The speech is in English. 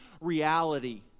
reality